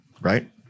right